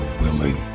willing